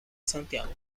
santiago